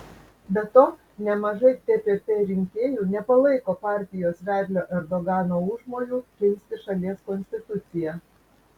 be to nemažai tpp rinkėjų nepalaiko partijos vedlio erdogano užmojų keisti šalies konstituciją